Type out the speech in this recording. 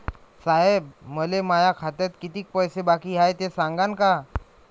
साहेब, मले माया खात्यात कितीक पैसे बाकी हाय, ते सांगान का?